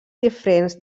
diferents